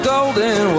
Golden